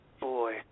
boy